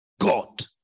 God